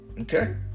Okay